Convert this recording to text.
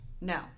no